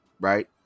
right